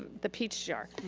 the peach jar.